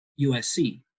USC